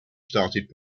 started